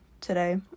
today